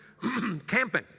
camping